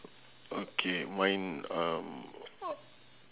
okay mine um